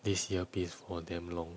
this earpiece for damn long